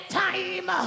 time